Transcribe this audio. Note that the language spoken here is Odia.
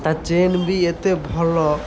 ତା ଚେନ୍ ବି ଏତେ ଭଲ